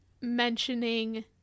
mentioning